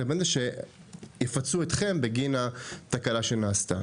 לבין זה שיפצו אתכם בגין התקלה שנעשתה.